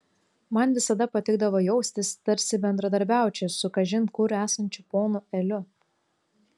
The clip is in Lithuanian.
man visada patikdavo jaustis tarsi bendradarbiaučiau su kažin kur esančiu ponu eliu